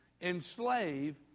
enslave